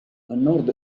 nord